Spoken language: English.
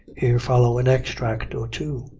here follow an extract or two